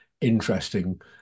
interesting